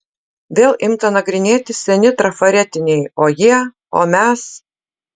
vėl imti nagrinėti seni trafaretiniai o jie o mes